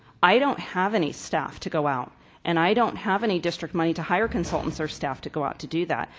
i don't have any staff to go out and i don't have any district money to hire consultants or staff to go out to do that.